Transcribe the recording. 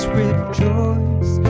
rejoice